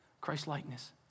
Christ-likeness